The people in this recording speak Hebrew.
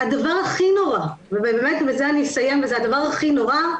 והדבר הכי נורא, ובזה אסיים, וזה הדבר הכי נורא,